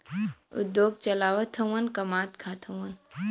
उद्योग चलावत हउवन कमात खात हउवन